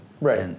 Right